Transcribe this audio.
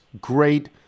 great